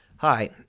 Hi